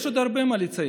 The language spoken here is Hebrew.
יש עוד הרבה מה לציין,